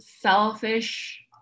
selfish